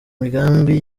migambi